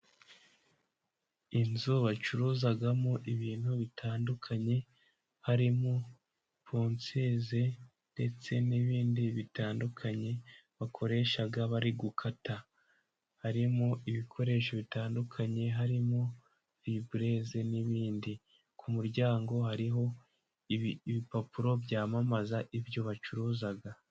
Inzu bacuruzamo ibintu bitandukanye harimo ponseze, ndetse n'ibindi bitandukanye bakoresha bari gukata. Harimo ibikoresho bitandukanye, harimo fibureze, n'ibindi. Ku muryango hariho ibipapuro byamamaza ibyo bacuruza.